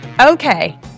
Okay